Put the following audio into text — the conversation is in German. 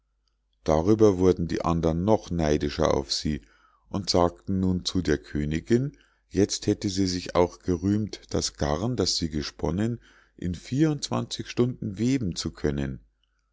darüber wurden die andern noch neidischer auf sie und sagten nun zu der königinn jetzt hätte sie sich auch gerühmt das garn das sie gesponnen in vier und zwanzig stunden weben zu können